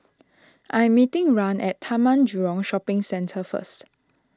I am meeting Rahn at Taman Jurong Shopping Centre first